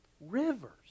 rivers